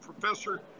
Professor